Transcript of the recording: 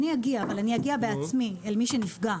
אני אגיע, אבל אני אגיע בעצמי אל מי שנפגע.